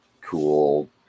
cool